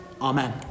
Amen